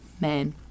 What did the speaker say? men